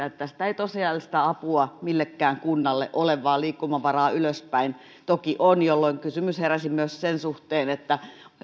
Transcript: että tästä ei tosiasiallista apua millekään kunnalle ole vaan liikkumavaraa ylöspäin toki on jolloin kysymys heräsi myös sen suhteen